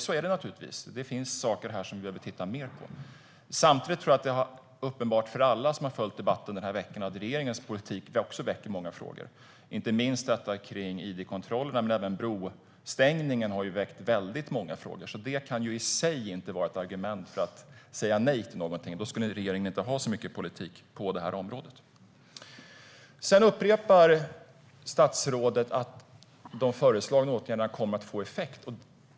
Så är det naturligtvis. Det finns saker här som vi behöver titta mer på. Samtidigt tror jag att det har varit uppenbart för alla som har följt debatten under de här veckorna att regeringens politik också väcker många frågor, inte minst detta kring id-kontroller. Även brostängningen har väckt väldigt många frågor, så det kan i sig inte vara ett argument för att säga nej till någonting. Då skulle regeringen inte ha så mycket politik på det här området. Statsrådet upprepar att de föreslagna åtgärderna kommer att få effekt.